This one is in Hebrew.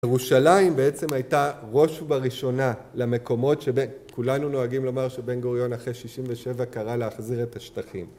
ירושלים בעצם הייתה ראש בראשונה למקומות שבן... כולנו נוהגים לומר שבן גוריון אחרי 67 קרא להחזיר את השטחים